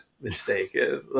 mistaken